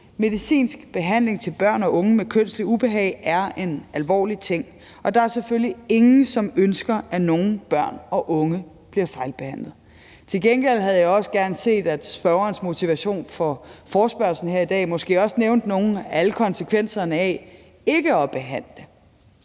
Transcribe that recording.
Medicinsk behandling til børn og unge med kønsligt ubehag er en alvorlig ting, og der er selvfølgelig ingen, som ønsker, at nogen børn og unge bliver fejlbehandlet. Til gengæld havde jeg også gerne set, at spørgerens begrundelse for forespørgslen her i dag måske også nævnte nogle af alle konsekvenserne ved ikke at behandle.